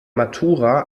matura